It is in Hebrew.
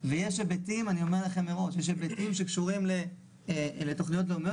ויש היבטים שקשורים לתוכניות לאומיות.